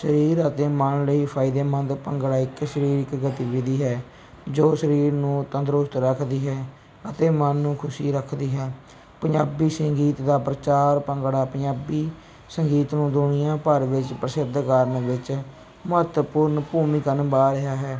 ਸਰੀਰ ਅਤੇ ਮਨ ਲਈ ਫਾਇਦੇਮੰਦ ਭੰਗੜਾ ਇੱਕ ਸਰੀਰਕ ਗਤੀਵਿਧੀ ਹੈ ਜੋ ਸਰੀਰ ਨੂੰ ਤੰਦਰੁਸਤ ਰੱਖਦੀ ਹੈ ਅਤੇ ਮਨ ਨੂੰ ਖੁਸ਼ ਰੱਖਦੀ ਹੈ ਪੰਜਾਬੀ ਸੰਗੀਤ ਦਾ ਪ੍ਰਚਾਰ ਭੰਗੜਾ ਪੰਜਾਬੀ ਸੰਗੀਤ ਨੂੰ ਦੁਨੀਆ ਭਰ ਵਿੱਚ ਪ੍ਰਸਿੱਧ ਕਰਨ ਵਿੱਚ ਮਹੱਤਵਪੂਰਨ ਭੂਮਿਕਾ ਨਿਭਾ ਰਿਹਾ ਹੈ